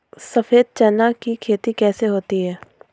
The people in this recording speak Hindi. सफेद चना की खेती कैसे होती है?